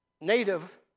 native